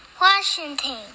Washington